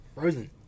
frozen